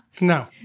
No